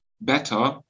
better